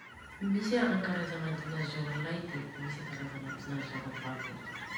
Misy ankarazagna dinazôrô lay de misy ankarazagna dinazôrô vavy.